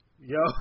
Yo